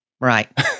Right